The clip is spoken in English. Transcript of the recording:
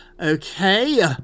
Okay